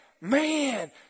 man